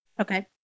Okay